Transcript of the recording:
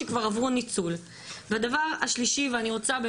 שכבר עברו ניצול והדבר השלישי ואני רוצה,